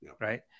right